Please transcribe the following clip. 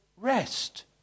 rest